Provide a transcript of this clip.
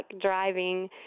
driving